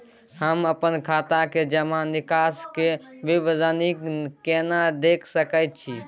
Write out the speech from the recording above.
हम अपन खाता के जमा निकास के विवरणी केना देख सकै छी?